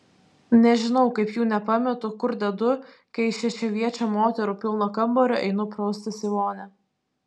nežinau kaip jų nepametu kur dedu kai iš šešiaviečio moterų pilno kambario einu praustis į vonią